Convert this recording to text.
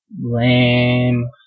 Lame